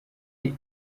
rero